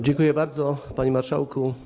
Dziękuję bardzo, panie marszałku.